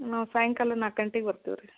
ನಾವು ಸಾಯಂಕಾಲ ನಾಲ್ಕು ಗಂಟಿಗೆ ಬರ್ತಿವಿ ರೀ